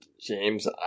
James